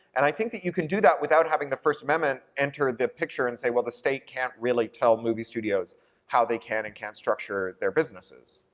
and i think that you can do that without having the first amendment enter the picture and say, well, the state can't really tell movie studios how they can and can't structure their businesses.